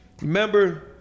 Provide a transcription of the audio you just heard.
Remember